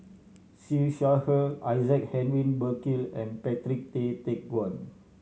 Siew Shaw Her Isaac Henry Burkill and Patrick Tay Teck Guan